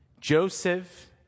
Joseph